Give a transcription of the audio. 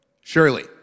Surely